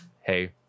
hey